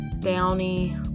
downy